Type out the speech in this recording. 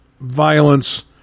violence